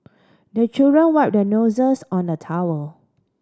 the children wipe their noses on the towel